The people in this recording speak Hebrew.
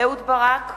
אהוד ברק,